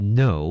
no